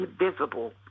invisible